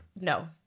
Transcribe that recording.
No